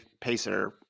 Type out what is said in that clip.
pacer